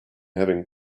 having